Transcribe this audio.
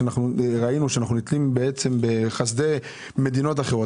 שראינו שאנחנו נתלים בחסדי מדינות האחרות,